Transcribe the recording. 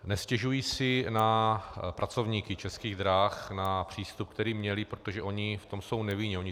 Nestěžuji si na pracovníky Českých drah, na přístup, který měli, protože oni v tom jsou nevinně.